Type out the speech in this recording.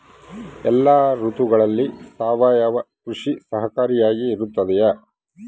ಎಲ್ಲ ಋತುಗಳಲ್ಲಿ ಸಾವಯವ ಕೃಷಿ ಸಹಕಾರಿಯಾಗಿರುತ್ತದೆಯೇ?